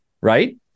right